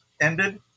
ended